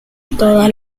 toda